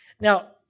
Now